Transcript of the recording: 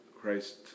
Christ